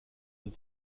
that